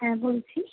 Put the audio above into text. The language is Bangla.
হ্যাঁ বলছি